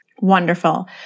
wonderful